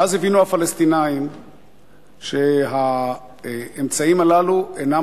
ואז הבינו הפלסטינים שהאמצעים הללו אינם